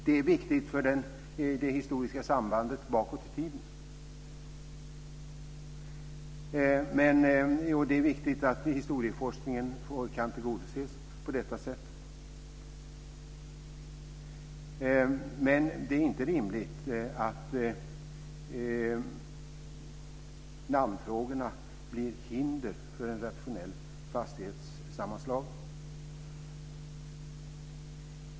Det är viktigt för det historiska sambandet bakåt i tiden. Det är viktigt att historieforskningen kan tillgodoses på detta sätt. Men det är inte rimligt att namnfrågorna blir hinder för en rationell fastighetssammanslagning.